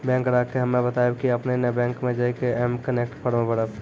bank ग्राहक के हम्मे बतायब की आपने ने बैंक मे जय के एम कनेक्ट फॉर्म भरबऽ